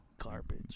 garbage